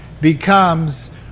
becomes